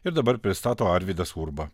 ir dabar pristato arvydas urba